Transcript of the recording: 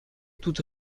toute